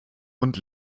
und